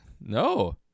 no